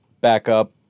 backup